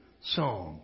song